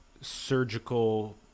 surgical